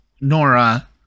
Nora